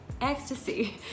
Ecstasy